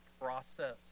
process